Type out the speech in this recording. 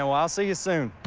ah i'll see you soon.